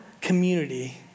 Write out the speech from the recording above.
community